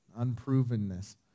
unprovenness